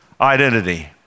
identity